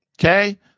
Okay